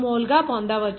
102 మోల్గా పొందవచ్చు